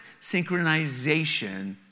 synchronization